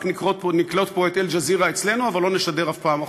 רק נקלוט פה את "אל-ג'זירה" אצלנו אבל לא נשדר אף פעם החוצה.